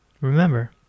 Remember